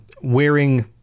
Wearing